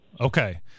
Okay